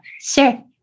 Sure